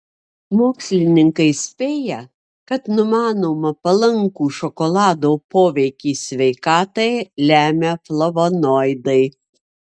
mokslininkai spėja kad numanomą palankų šokolado poveikį sveikatai lemia flavonoidai